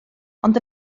ond